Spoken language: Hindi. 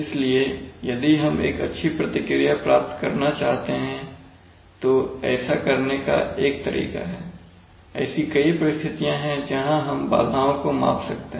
इसलिए यदि हम एक अच्छी प्रतिक्रिया प्राप्त करना चाहते हैं तो ऐसा करने का एक तरीका है ऐसी कई परिस्थितियाँ हैं जहाँ हम बाधाओं को माप सकते हैं